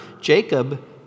Jacob